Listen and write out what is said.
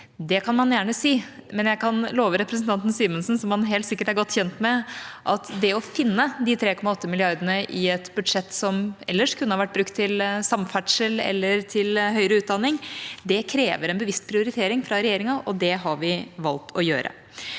Det kan man gjerne si, men jeg kan love representanten Simensen at det å finne – som han helt sikkert er godt kjent med – i et budsjett de 3,8 mrd. kr som ellers kunne ha vært brukt til samferdsel eller til høyere utdanning, krever en bevisst prioritering fra regjeringa, og det har vi valgt å gjøre.